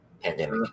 pandemic